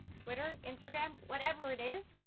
twitter, instagram, whatever it is